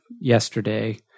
yesterday